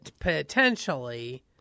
potentially